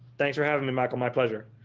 thanks for having me michael, my pleasure.